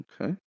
Okay